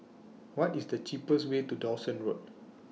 What IS The cheapest Way to Dawson Road